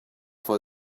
for